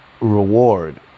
reward